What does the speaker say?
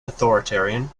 authoritarian